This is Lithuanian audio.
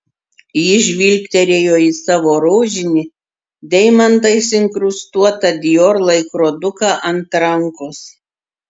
ji žvilgtelėjo į savo rožinį deimantais inkrustuotą dior laikroduką ant rankos